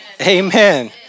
Amen